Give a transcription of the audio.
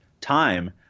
time